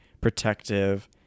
protective